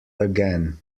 again